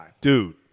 Dude